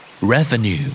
Revenue